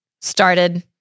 started